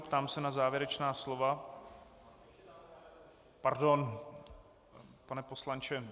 Ptám se na závěrečná slova. Pardon, pane poslanče.